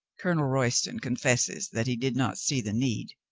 colonel royston confesses that he did not see the need.